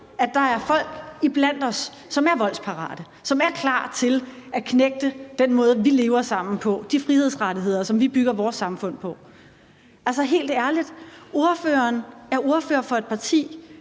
at der er folk iblandt os, som er voldsparate, og som er klar til at knægte den måde, vi lever sammen på, og de frihedsrettigheder, som vi bygger vores samfund på. Altså, helt ærligt, ordføreren er ordfører for et parti,